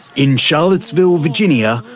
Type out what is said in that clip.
in charlottesville, virginia,